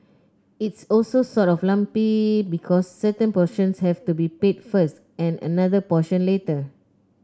it's also sort of lumpy because certain portions have to be paid first and another portion later